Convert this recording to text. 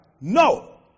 No